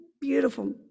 Beautiful